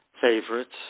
favorites